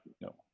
no